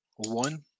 One